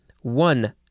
One